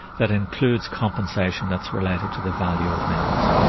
that includes compensation that's related to the value of minerals.